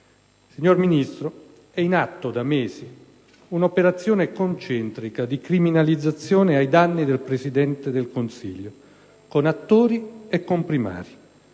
Signor Ministro, è in atto da mesi un'operazione concentrica di criminalizzazione ai danni del Presidente del Consiglio, con attori e comprimari.